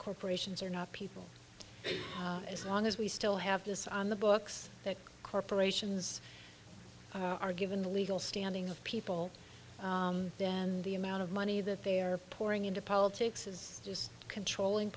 corporations are not people as long as we still have this on the books that corporations are given the legal standing of people then the amount of money that they're pouring into politics is just controlling